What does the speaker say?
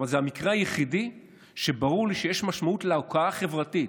אבל זה המקרה היחידי שברור לי שיש משמעות להוקעה החברתית,